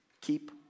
keep